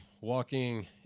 walking